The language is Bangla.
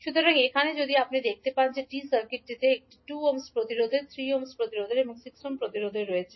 সুতরাং এখানে যদি আপনি দেখতে পান যে টি সার্কিটটিতে একটি 2 ওহম প্রতিরোধের 3 ওহম প্রতিরোধের এবং 6 ওহম প্রতিরোধের রয়েছে